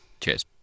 Cheers